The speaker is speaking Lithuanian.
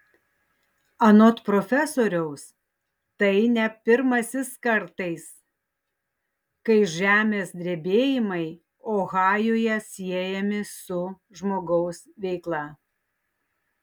anot profesoriaus tai ne pirmasis kartais kai žemės drebėjimai ohajuje siejami su žmogaus veikla